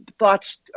Thoughts